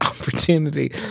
opportunity